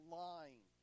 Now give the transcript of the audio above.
lying